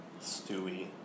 Stewie